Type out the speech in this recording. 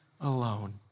alone